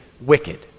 wicked